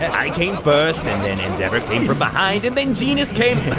i came first, and then endeavor came from behind, and then jeanist came